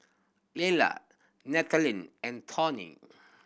Lela Nathaniel and Torry